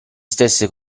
stesse